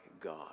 God